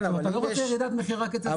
אתה לא רוצה ירידת מחיר רק אצל שחקן אחד,